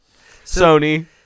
Sony